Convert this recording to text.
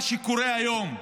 מה שקורה היום,